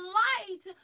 light